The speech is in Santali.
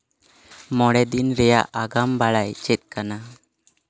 ᱢᱚᱬᱮ ᱫᱤᱱ ᱨᱮᱭᱟᱜ ᱟᱜᱟᱢ ᱵᱟᱲᱟᱭ ᱪᱮᱫ ᱠᱟᱱᱟ